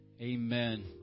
Amen